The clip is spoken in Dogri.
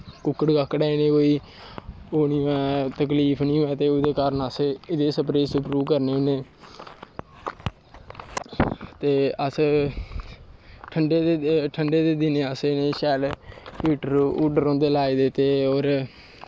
कुक्कड़ कक्कड़ इ'नें कोई इ'यां तकलीफ निं होऐ ते ओह्दे कारण अस स्प्रेऽ स्प्रू करने होन्नें ते अस ठंडे दे दिनैं अस शैल इ'नें ई अस हीटर हूटर होंदे लाए दे और